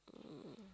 mm